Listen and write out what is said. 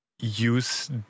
use